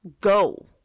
go